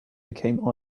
became